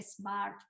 smart